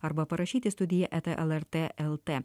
arba parašyti studija eta lrt lt